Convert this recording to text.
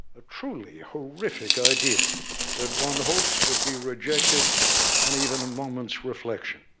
a truly horrific idea that, one hopes, would be rejected on even a moment's reflection.